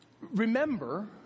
remember